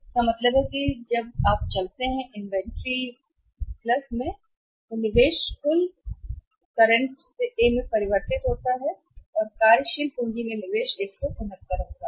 तो इसका मतलब है जब आप चलते हैं इन्वेंट्री में निवेश कुल निवेश में करंट से A में परिवर्तन होता है शुद्ध कार्यशील पूंजी में निवेश 169 होगा